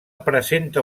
presenta